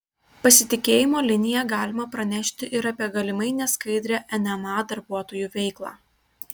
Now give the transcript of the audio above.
pasitikėjimo linija galima pranešti ir apie galimai neskaidrią nma darbuotojų veiklą